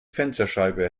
fensterscheibe